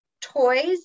toys